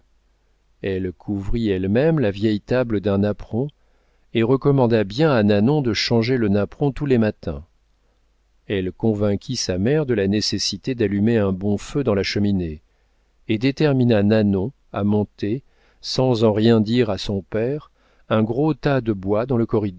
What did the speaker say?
elle couvrit elle-même la vieille table d'un napperon et recommanda bien à nanon de changer le napperon tous les matins elle convainquit sa mère de la nécessité d'allumer un bon feu dans la cheminée et détermina nanon à monter sans en rien dire à son père un gros tas de bois dans le